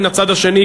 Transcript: מן הצד השני,